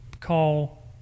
call